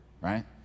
right